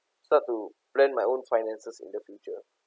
start to plan my own finances in the future